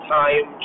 time